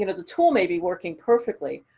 you know the tool may be working perfectly,